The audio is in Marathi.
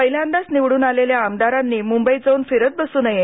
पहिल्यांदाच निवडून आलेल्या आमदारांनी मुंबईत जाऊन फिरत बसू नये